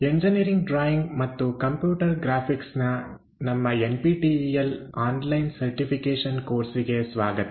engineering drawing ಮತ್ತು computer graphics ನ ನಮ್ಮ N P T E L online certification ಕೋರ್ಸಿಗೆ ಸ್ವಾಗತ